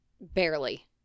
Barely